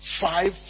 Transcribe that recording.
five